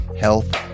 health